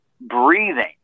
Breathing